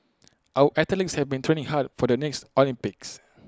our athletes have been training hard for the next Olympics